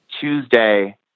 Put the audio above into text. Tuesday